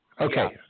Okay